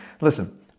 Listen